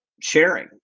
Sharing